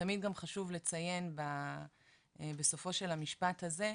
ותמיד גם חשוב לציין בסופו של המשפט הזה,